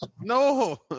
no